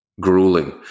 grueling